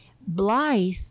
Blythe